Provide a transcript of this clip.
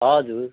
हजुर